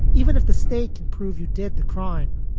even if the state can prove you did the crime,